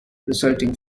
resulting